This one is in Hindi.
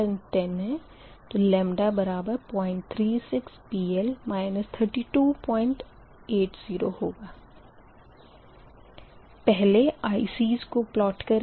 पहले ICs को प्लॉट करेंगे